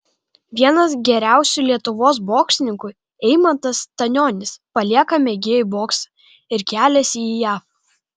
vienas geriausių lietuvos boksininkų eimantas stanionis palieką mėgėjų boksą ir keliasi jav